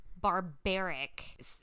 barbaric